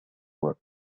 work